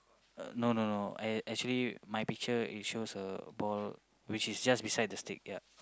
uh no no no act~ actually my picture it shows a ball which is just beside the stick ya